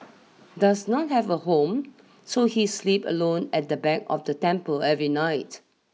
does not have a home so he sleep alone at the back of the temple every night